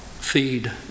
feed